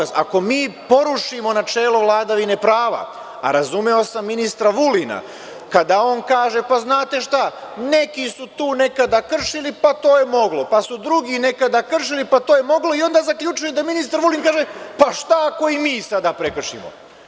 Ako mi porušimo načelo vladavine prava, a razumeo sam ministra Vulina, kada on kaže – pa znate šta neki su tu nekada kršili pa to je moglo, pa su drugi nekada kršili pa to je moglo i onda zaključuju da ministar Vulin kaže – pa šta i ako sada i mi prekršimo.